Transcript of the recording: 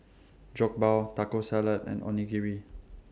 Jokbal Taco Salad and Onigiri